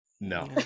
No